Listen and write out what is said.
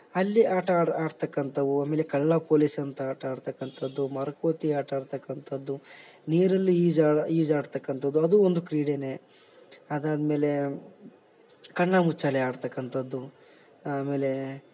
ಅಲ್ಲಿ ಆಟ ಆಡ್ತಕಂಥವು ಆಮೇಲೆ ಕಳ್ಳ ಪೊಲೀಸ್ ಅಂತ ಆಟ ಆಡ್ತಕಂಥದ್ದು ಮರಕೋತಿ ಆಟ ಆಡ್ತಕಂಥದ್ದು ನೀರಲ್ಲಿ ಈಜಾಡ್ತಕಂಥದ್ದು ಅದು ಒಂದು ಕ್ರೀಡೆ ಅದಾದ್ಮೇಲೆ ಕಣ್ಣಾ ಮುಚ್ಚಾಲೆ ಆಡ್ತಕಂಥದ್ದು ಆಮೇಲೇ